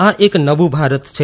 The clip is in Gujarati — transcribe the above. આ એક નવું ભારત છે